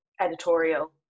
editorial